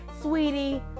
Sweetie